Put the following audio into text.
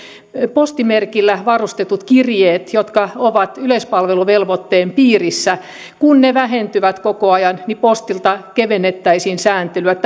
postimerkillä varustetut kirjeet jotka ovat yleispalveluvelvoitteen piirissä vähentyvät koko ajan niin postilta kevennettäisiin sääntelyä